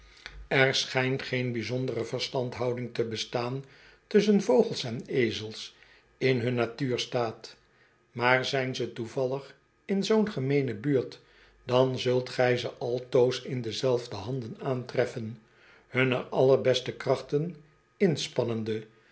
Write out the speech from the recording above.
er schijnt geen bijzondere verstandhouding te bestaan tusschen vogels en ezels in hun natuurstaat maar zijn ze toevallig in zoo'n gemeene buurt dan zult gij ze altoos in dezelfde handen aantreffen hunne allerbeste krachten